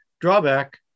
Drawback